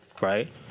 right